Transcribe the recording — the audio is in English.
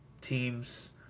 teams